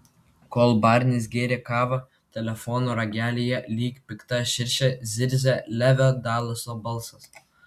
kol barnis gėrė kavą telefono ragelyje lyg pikta širšė zirzė levio dalaso balsas